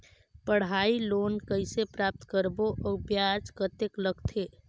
पढ़ाई लोन कइसे प्राप्त करबो अउ ब्याज कतेक लगथे?